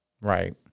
Right